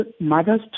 mothers